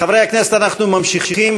חברי הכנסת, אנחנו ממשיכים.